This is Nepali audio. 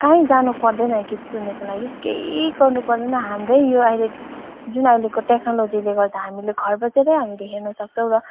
कहीँ जानु पर्दैन गीत सुन्नुको लागि केही गर्नु पर्दैन हाम्रै यो अहिले जुन अहिलेको टेक्नोलोजीले गर्दा हामीले घर बसेरै हेर्न सक्छौँ र